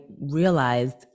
realized